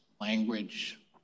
language